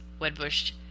Wedbush